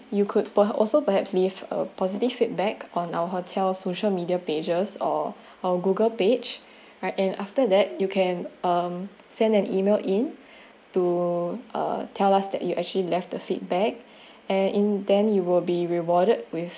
you could per~ also perhaps leave a positive feedback on our hotel social media pages or our Google page right and after that you can send an email in to uh tell us that you actually left the feedback and in then you will be rewarded with